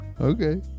Okay